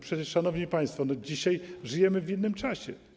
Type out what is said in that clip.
Przecież, szanowni państwo, dzisiaj żyjemy w innym czasie.